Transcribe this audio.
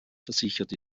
versichert